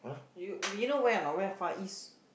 you you know where or not where Far East